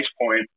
point